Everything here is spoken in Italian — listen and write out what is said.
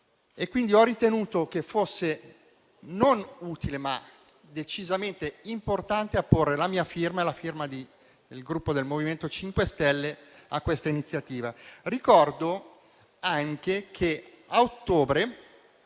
ho ritenuto che fosse non utile, ma decisamente importante, apporre la mia firma e la firma del Gruppo del MoVimento 5 Stelle a questa iniziativa. Ricordo anche che a ottobre